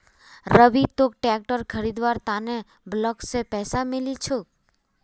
रवि तोक ट्रैक्टर खरीदवार त न ब्लॉक स पैसा मिलील छोक